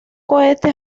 cohete